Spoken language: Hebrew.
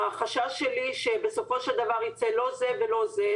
החשש שלי שבסופו של דבר לא ייצא זה ולא זה,